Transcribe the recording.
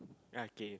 okay